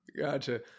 Gotcha